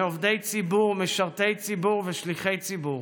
מעובדי ציבור, משרתי ציבור ושליחי ציבור.